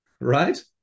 right